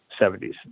70s